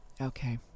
Okay